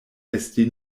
esti